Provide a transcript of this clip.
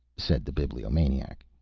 said the bibliomaniac.